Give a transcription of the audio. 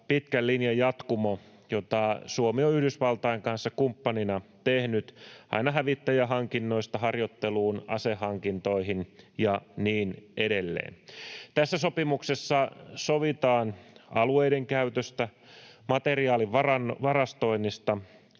pitkän linjan jatkumo, jota Suomi on Yhdysvaltain kanssa kumppanina tehnyt aina hävittäjähankinnoista harjoitteluun, asehankintoihin ja niin edelleen. Tässä sopimuksessa sovitaan alueiden käytöstä, materiaalin varastoinnista,